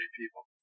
people